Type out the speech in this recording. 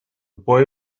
boy